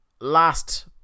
Last